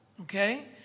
okay